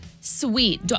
sweet